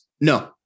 No